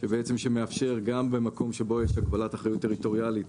זה מאפשר גם במקום שבו יש הגבלת אחריות טריטוריאלית